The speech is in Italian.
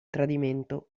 tradimento